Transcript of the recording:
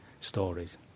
stories